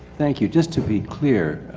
thank you. just to be clear.